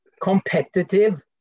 competitive